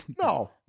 No